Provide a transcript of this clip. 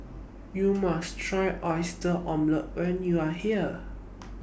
YOU must Try Oyster Omelette when YOU Are here